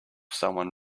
someone